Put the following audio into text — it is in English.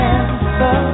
answer